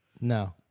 No